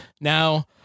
Now